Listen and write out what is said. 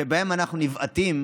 שבהן אנחנו נבעטים,